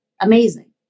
Amazing